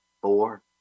four